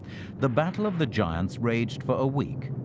the battle of the giants raged for a week,